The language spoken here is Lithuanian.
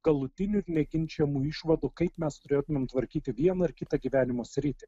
galutinių ir neginčijamų išvadų kaip mes turėtumėm tvarkyti vieną ar kitą gyvenimo sritį